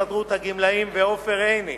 יושב-ראש הסתדרות הגמלאים, ולעופר עיני,